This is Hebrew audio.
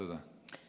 תודה.